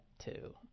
two